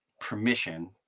permission